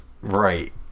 Right